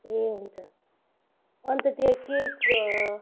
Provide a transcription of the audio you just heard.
ए हुन्छ अन्त त्यो केक